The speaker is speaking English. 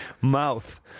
mouth